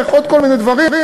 ועוד כל מיני דברים.